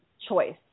choice